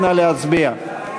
נא להצביע.